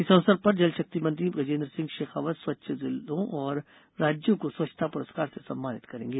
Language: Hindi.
इस अवसर पर जल शक्ति मंत्री गजेन्द्र सिंह शेखावत स्वच्छ जिलों और राज्यों को स्वच्छता पुरस्कार से सम्मानित करेंगे